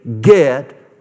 get